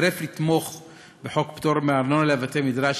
לתמיכה בחוק פטור מארנונה לבתי-מדרש